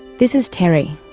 this is terry,